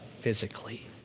physically